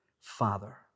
Father